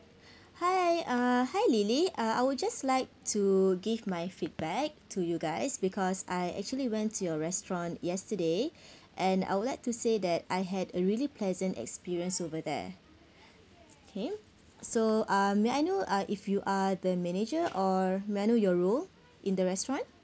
hi uh hi lily uh I would just like to give my feedback to you guys because I actually went to your restaurant yesterday and I would like to say that I had a really pleasant experience over there okay so uh may I know uh if you are the manager or may I know your role in the restaurant